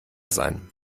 sein